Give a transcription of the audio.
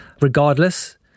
regardless